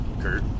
Kurt